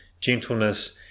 gentleness